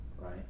right